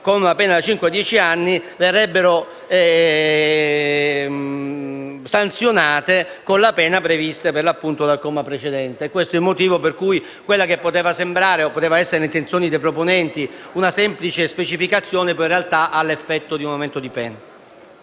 cinque a dieci anni verrebbero sanzionate con la pena prevista dal comma precedente. Questo è il motivo per cui quella che poteva sembrare o poteva essere nelle intenzioni dei proponenti una semplice specificazione, in realtà, ha l'effetto di un aumento di pena.